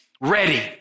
ready